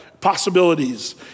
Possibilities